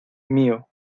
mío